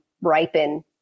ripen